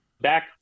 back